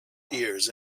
ears